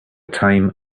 time